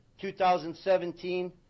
2017